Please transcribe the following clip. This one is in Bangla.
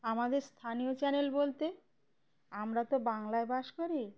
আমাদের স্থানীয় চ্যানেল বলতে আমরা তো বাংলায় বাস করি